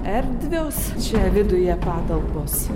erdvios čia viduje patalpos